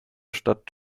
stadt